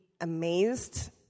amazed